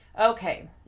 Okay